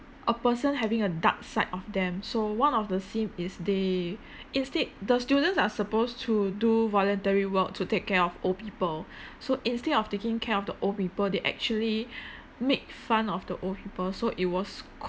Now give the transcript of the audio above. a person having a dark side of them so one of the scene is they instead the students are supposed to do voluntary work to take care of old people so instead of taking care of the old people they actually made fun of the old people so it was